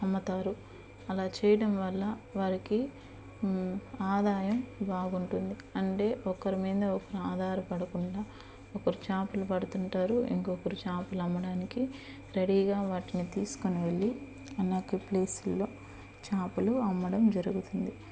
అమ్ముతారు అలా చేయటం వల్ల వారికి ఆదాయం బాగుంటుంది అంటే ఒకరి మీద ఒకరు ఆధారపడకుండా ఒకరు చేపలు పడుతుంటారు ఇంకొకరు చేపలు అమ్మడానికి రెడీగా వాటిని తీసుకొని వెళ్ళి అలా ఒక ప్లేస్లో చేపలు అమ్మడం జరుగుతుంది